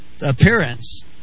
appearance